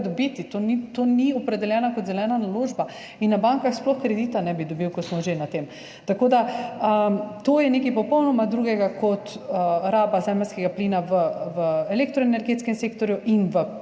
dobiti. To ni opredeljeno kot zelena naložba in na bankah sploh kredita ne bi dobil, ker smo že pri tem. To je nekaj popolnoma drugega kot raba zemeljskega plina v elektroenergetskem sektorju in v